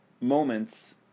moments